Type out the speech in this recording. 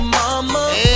mama